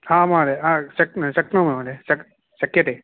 हा महोदय महोदय शक्यते